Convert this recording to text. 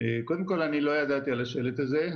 קודם כל אני לא ידעתי על השלט הזה.